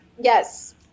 Yes